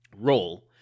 role